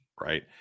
Right